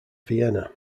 vienna